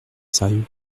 sérieux